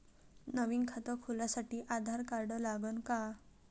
नवीन खात खोलासाठी आधार कार्ड लागन का?